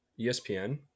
espn